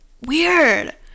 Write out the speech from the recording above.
weird